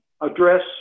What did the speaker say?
address